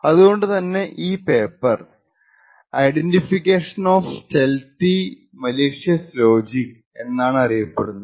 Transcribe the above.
അത് കൊണ്ട് തന്നെ ഈ paper identification of stealthy malicious logic എന്നാണറിയപ്പെടുന്നത്